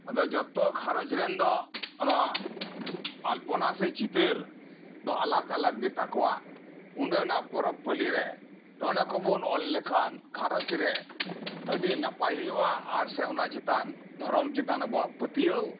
ᱟᱫᱚ ᱡᱚᱛᱚ ᱜᱷᱟᱨᱚᱸᱡᱽ ᱨᱮᱱ ᱫᱚ ᱱᱚᱣᱟ ᱟᱞᱯᱚᱱᱟ ᱥᱮ ᱪᱤᱛᱟᱹᱨ ᱫᱚ ᱟᱞᱟᱠ ᱟᱞᱟᱠ ᱜᱮᱛᱟ ᱠᱚᱣᱟ ᱚᱸᱰᱮ ᱚᱱᱟ ᱯᱚᱨᱚᱵᱽ ᱯᱟᱞᱤ ᱨᱮ ᱱᱚᱜ ᱚᱭ ᱱᱚᱣᱟ ᱠᱚᱵᱚᱱ ᱚᱞ ᱞᱮᱠᱷᱟᱱ ᱜᱷᱟᱨᱚᱸᱡᱽ ᱨᱮ ᱟᱰᱤ ᱱᱟᱯᱟᱭ ᱦᱩᱭᱩᱜᱼᱟ ᱟᱨ ᱥᱮ ᱚᱱᱟ ᱪᱮᱛᱟᱱ ᱫᱷᱚᱨᱚᱢ ᱪᱮᱛᱟᱱ ᱟᱵᱚᱣᱟᱜ ᱯᱟᱹᱛᱭᱟᱹᱣ